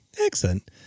Excellent